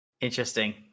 Interesting